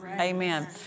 Amen